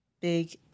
big